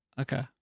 Okay